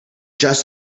just